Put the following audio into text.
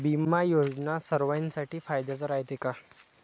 बिमा योजना सर्वाईसाठी फायद्याचं रायते का?